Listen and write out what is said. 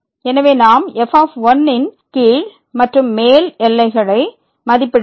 எனவே நாம் fன் கீழ் மற்றும் மேல் எல்லைகளை மதிப்பிடவேண்டும்